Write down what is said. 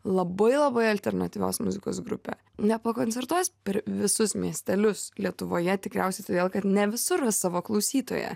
labai labai alternatyvios muzikos grupė nepakoncertuos per visus miestelius lietuvoje tikriausiai todėl kad ne visur ras savo klausytoją